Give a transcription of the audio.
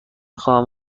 خواهم